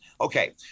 Okay